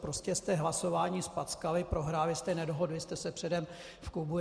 Prostě hlasování jste zpackali, prohráli jste, nedohodli jste se předem v klubu.